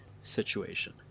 situation